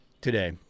Today